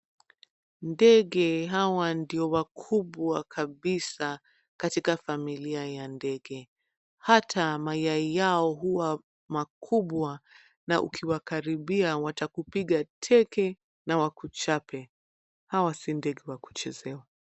Ndege hawa ndio wakubwa kabisa katika familia ya ndege. Hata mayai yao huwa makubwa na ukiwakaribia watakupiga teke na wakuchape, hawa si ndege wa kuchezea.